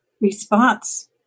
response